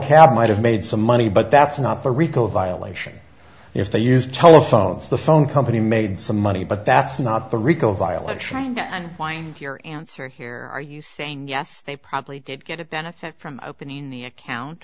cab might have made some money but that's not the rico violation if they use telephones the phone company made some money but that's not the rico violent trying to find your answer here are you saying yes they probably did get a benefit from opening the account